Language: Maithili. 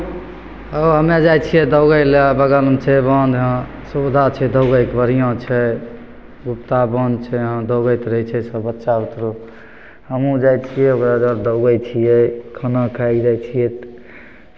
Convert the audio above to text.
ओ हमे जाइ छियै दौड़य लए बगलमे छै बान्ध जहाँ सुविधा छै दौड़यके बढ़िआँ छै बाँध छै वहाँ दौड़ैत रहै छै सभ बच्चा बुतरू हमहूँ जाइ छियै ओजऽ दौड़ै छियै खाना खाय लए जाइ छियै